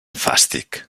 fàstic